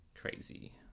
crazy